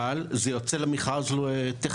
אבל זה יוצא עכשיו גם למכרז טכניון.